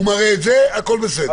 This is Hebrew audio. הוא מראה את זה הכול בסדר.